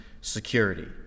security